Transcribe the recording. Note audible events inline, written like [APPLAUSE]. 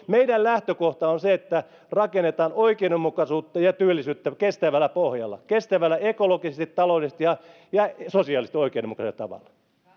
[UNINTELLIGIBLE] meidän lähtökohtamme on se että rakennetaan oikeudenmukaisuutta ja työllisyyttä kestävällä pohjalla kestävällä ekologisesti taloudellisesti ja ja sosiaalisesti oikeudenmukaisella tavalla